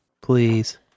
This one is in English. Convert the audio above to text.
Please